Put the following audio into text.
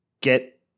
get